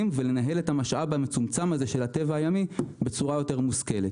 ולנהל את המשאב המצומצם הזה של הטבע הימי בצורה מושכלת יותר.